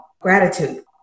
gratitude